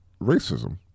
racism